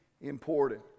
important